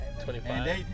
25